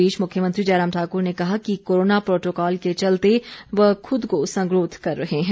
इस बीच मुख्यमंत्री ने कहा कि कोरोना प्रोटोकॉल के चलते व खुद को संगरोध कर रहे हैं